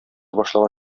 башлаган